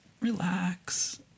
relax